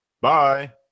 Bye